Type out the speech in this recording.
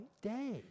day